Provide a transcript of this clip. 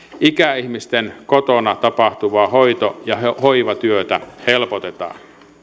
ikäihmisten kotona tapahtuvaa hoito ja hoivatyötä helpotetaan